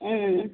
أسۍ ہا